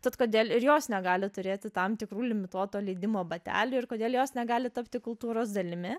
tad kodėl ir jos negali turėti tam tikrų limituoto leidimo batelių ir kodėl jos negali tapti kultūros dalimi